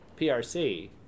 PRC